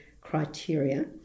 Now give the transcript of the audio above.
criteria